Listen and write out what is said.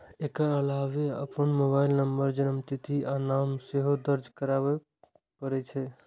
एकर अलावे अपन mobile number, जन्मतिथि आ नाम सेहो दर्ज करय पड़ै छै